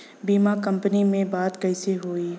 बीमा कंपनी में बात कइसे होई?